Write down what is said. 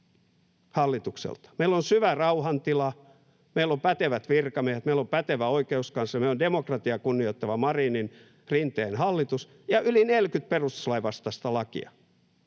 Meillä on syvä rauhan tila, meillä on pätevät virkamiehet, meillä on pätevä oikeuskansleri, meillä on demokratiaa kunnioittava Marinin—Rinteen hallitus. Ja yli 40 perustuslain vastaista lakia.